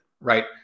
Right